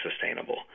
sustainable